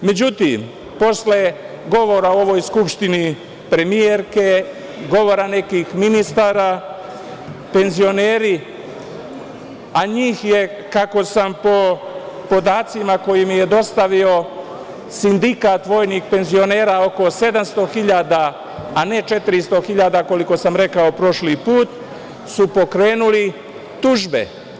Međutim, posle govora u ovoj Skupštini premijerke, govora nekih ministara, penzioneri, a njih je kako sam to po podacima koje mi je dostavio Sindikat vojnih penzionera, oko 700.000, a ne 400.000 koliko sam rekao prošli put, su pokrenuli tužbe.